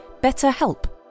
BetterHelp